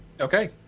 Okay